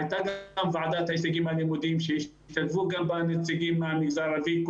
והייתה ועדת ההישגים הלימודיים שהשתתפו בה נציגים מהמגזר הערבי,